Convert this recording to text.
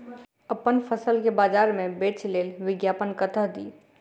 अप्पन फसल केँ बजार मे बेच लेल विज्ञापन कतह दी?